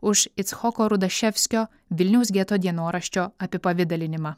už icchoko rudaševskio vilniaus geto dienoraščio apipavidalinimą